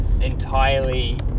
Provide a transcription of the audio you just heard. entirely